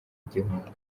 gihunga